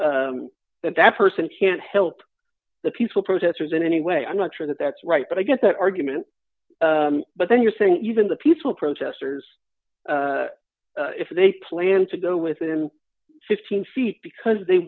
that that person can't help the peaceful protesters in any way i'm not sure that that's right but i get that argument but then you're saying even the peaceful protesters if they plan to go within fifteen feet because they